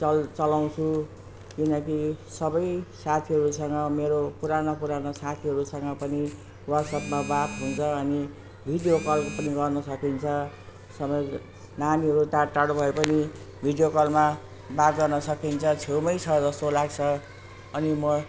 चल चलाउँछु किनकि सबै साथीहरूसँग मेरो पुरानो पुरानो साथीहरूसँग पनि वाट्सएपमा बात हुन्छ अनि अनि भिडियो कल पनि गर्न सकिन्छ सबै नानीहरू टाढटाढो भए पनि भिडियो कलमा बात गर्न सकिन्छ छेउमै छ जस्तो लाग्छ अनि म